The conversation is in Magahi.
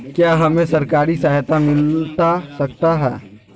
क्या हमे सरकारी सहायता मिलता सकता है?